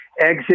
exit